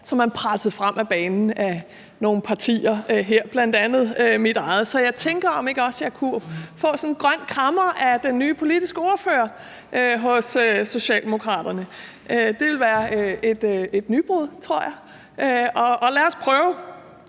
at man er presset frem på banen af nogle partier, bl.a. mit eget. Så jeg tænker, om ikke også jeg kunne få sådan en grøn krammer af den nye politiske ordfører hos Socialdemokraterne. Det ville være et nybrud, tror jeg. Lad os prøve: